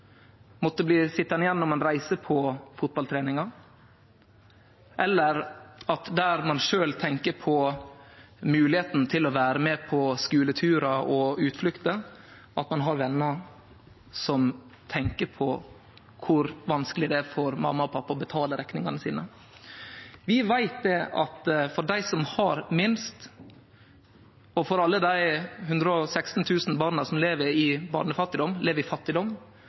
måtte bli sittande igjen når ein reiser på fotballtreninga, eller at når ein sjølv tenkjer på moglegheita til å vere med på skuleturar og utflukter, har ein vener som tenkjer på kor vanskeleg det er for mamma og pappa å betale rekningane sine. Vi veit at for dei som har minst, og for alle dei 116 000 barna som lever i fattigdom, er mangelfull økonomi grunnlag for uro, og i